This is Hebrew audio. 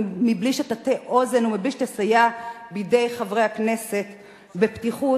בלי שתטה אוזן ובלי שתסייע בידי חברי הכנסת בפתיחות,